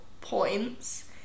points